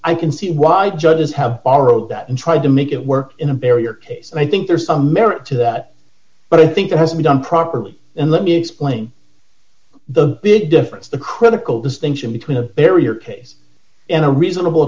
i can see why the judges have all wrote that and tried to make it work in a barrier and i think there's a merit to that but i think it has to be done properly and let me explain the big difference the critical distinction between a barrier case and a reasonable